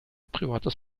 privates